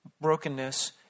brokenness